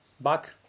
back